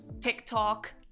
TikTok